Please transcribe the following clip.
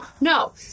No